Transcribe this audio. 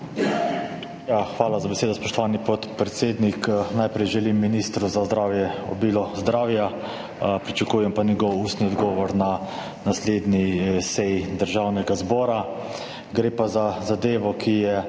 Hvala za besedo, spoštovani podpredsednik. Najprej želim ministru za zdravje obilo zdravja. Pričakujem pa njegov ustni odgovor na naslednji seji Državnega zbora. Gre pa za zadevo, ki je